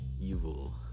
evil